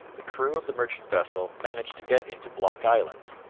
the crew of the merchant vessel managed to get into block island,